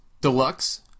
Deluxe